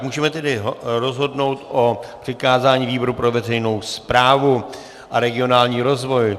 Můžeme tedy rozhodnout o přikázání výboru pro veřejnou správu a regionální rozvoj.